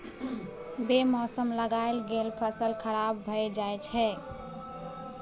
बे मौसम लगाएल गेल फसल खराब भए जाई छै